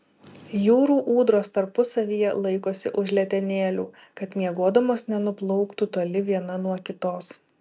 jūrų ūdros tarpusavyje laikosi už letenėlių kad miegodamos nenuplauktų toli viena nuo kitos